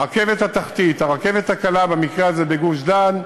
הרכבת התחתית, הרכבת הקלה, במקרה הזה בגוש-דן,